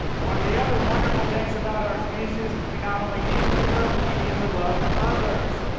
one of the other wonderful things about our species is we not only need to be loved, but we need to love others.